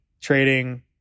trading